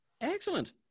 Excellent